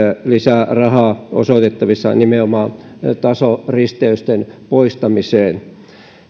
lisää rahaa osoitettavissa nimenomaan tasoristeysten poistamiseen